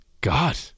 God